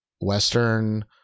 Western